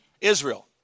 Israel